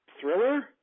thriller